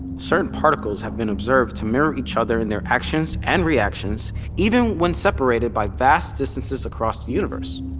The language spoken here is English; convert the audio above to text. certain particles have been observed to mirror each other in their actions and reactions even when separated by vast distances across the universe.